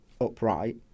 upright